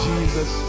Jesus